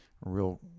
real